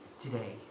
today